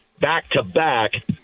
back-to-back